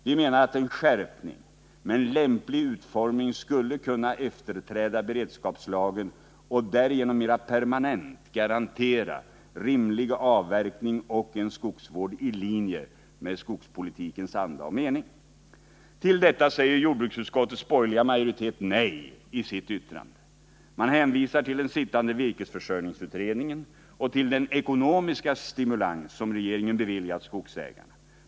Vi menar att en skärpning med en lämplig utformning skulle kunna efterträda beredskapslagen och därigenom mera permanent garantera rimlig avverkning och en skogsvård i linje med skogspolitikens anda och mening. Till detta säger jordbruksutskottets borgerliga majoritet nej i sitt yttrande. Man hänvisar till den sittande virkesförsörjningsutredningen och till den ekonomiska stimulans som regeringen beviljat skogsägarna.